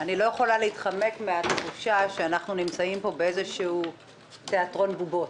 אני לא יכולה להתחמק מהתחושה שאנחנו נמצאים פה בתיאטרון בובות,